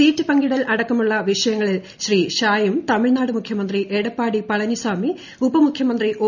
seat പങ്കിടൽ അടക്കമുള്ള് വിഷയങ്ങളിൽ ശ്രീ ഷായും തമിഴ്നാട് മുഖ്യമന്ത്രി എടപ്പാടി പളനിസ്വാമി ഉപമുഖ്യമന്ത്രി ഒ